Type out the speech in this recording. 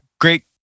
great